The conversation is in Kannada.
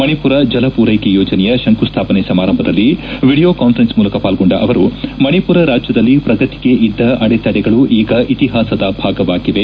ಮಣಿಪುರ ಜಲ ಪೂರೈಕೆ ಯೋಜನೆಯ ಶಂಕುಸ್ಥಾಪನೆ ಸಮಾರಂಭದಲ್ಲಿ ವಿಡಿಯೋ ಕಾಸ್ಪರೆನ್ಸ್ ಮೂಲಕ ಪಾಲ್ಗೊಂಡ ಅವರು ಮಣಿಪುರ ರಾಜ್ಯದಲ್ಲಿ ಪ್ರಗತಿಗೆ ಇದ್ದ ಅಡೆತಡೆಗಳು ಈಗ ಇತಿಹಾಸದ ಭಾಗವಾಗಿವೆ